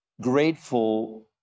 grateful